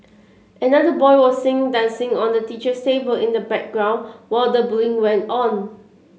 another boy was seen dancing on the teacher's table in the background while the bullying went on